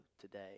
today